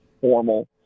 formal